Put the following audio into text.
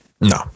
No